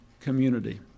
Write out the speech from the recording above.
community